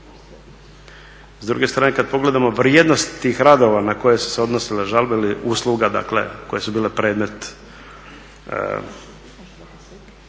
S druge strane kad pogledamo vrijednost tih radova na koje su se odnosile žalbe ili usluga, dakle koje su bile predmet